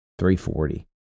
340